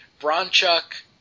Bronchuk